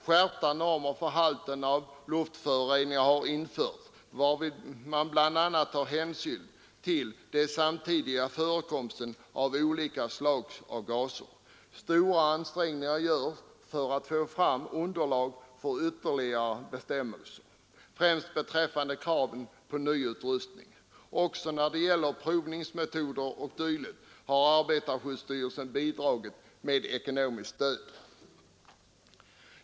Skärpta normer för halten av luftföroreningar har också införts, varvid hänsyn bl.a. tas till den samtida förekomsten av olika siags gaser. Stora ansträngningar görs för att få fram underlag för ytterligare bestämmelser, främst beträffande kraven på ny utrustning. Också när det gäller provningsmetoder o. d. har arbetarskyddsstyrelsen bidragit med ekonomiskt stöd.